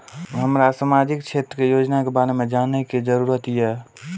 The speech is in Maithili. हमरा सामाजिक क्षेत्र के योजना के बारे में जानय के जरुरत ये?